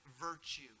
virtue